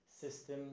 system